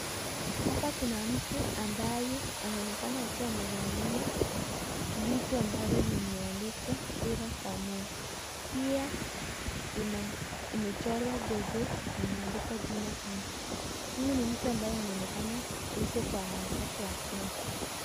Hapa kuna mtu ambaye anaonekana akiwa amevalia, vitu ambavyo vimeandikwa Kura kwa (more) .Pia imechorwa jogoo na imeandikwa jina kanu. Huyu NI mtu ambaye anaonekana hayuko kwa harakati ya siasa.